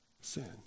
sin